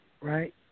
right